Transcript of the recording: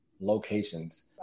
locations